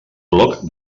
bloc